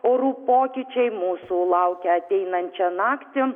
orų pokyčiai mūsų laukia ateinančią naktį